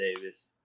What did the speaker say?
Davis